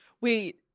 Wait